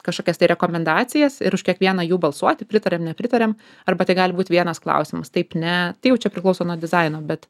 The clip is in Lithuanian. kažkokias tai rekomendacijas ir už kiekvieną jų balsuoti pritariam nepritariam arba tai gali būt vienas klausimas taip ne tai jau čia priklauso nuo dizaino bet